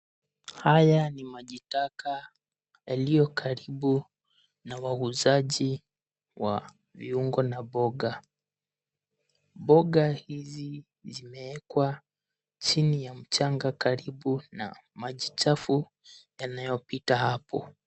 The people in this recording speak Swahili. Haya ni maji taka yaliyo karibu na wauzaji wa vyungo na mboga. Mboga hizi zimeekwa chini ya mchanga karibu na maji chafu yanayopita hapo.